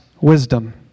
wisdom